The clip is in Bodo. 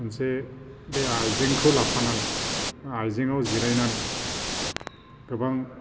मोनसे बे आयजेंखौ लाफानानै आयजेङाव जिरायनानै गोबां